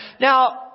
Now